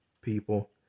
people